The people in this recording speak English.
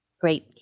great